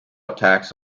attacks